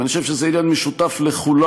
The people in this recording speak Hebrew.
ואני חושב שזה עניין משותף לכולנו: